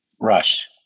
Rush